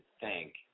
thank